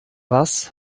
was